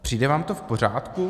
Přijde vám to v pořádku?